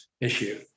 issue